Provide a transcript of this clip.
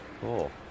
Cool